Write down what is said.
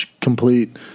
complete